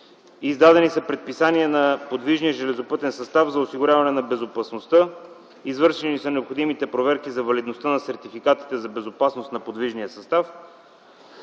Издадени са предписания на подвижния железопътен състав за осигуряване на безопасността. Извършени са необходимите проверки за валидността на сертификатите за безопасност на подвижния състав,